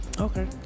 Okay